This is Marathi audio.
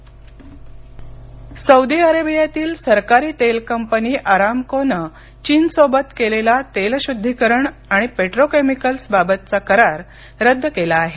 सौदी चीन सौदी अरेबियातील सरकारी तेल कंपनी अराम्कोनं चीनसोबत केलेला तेलशुद्धीकरण आणि पेट्रोकेमिकल्सबाबतचा करार रद्द केला आहे